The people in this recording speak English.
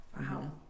wow